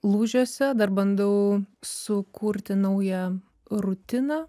lūžiuose dar bandau sukurti naują rutiną